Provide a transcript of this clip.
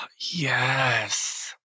Yes